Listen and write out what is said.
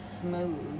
smooth